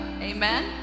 Amen